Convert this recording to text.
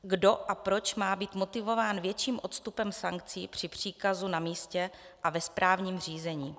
Kdo a proč má být motivován větším odstupem sankcí při příkazu na místě a ve správním řízení?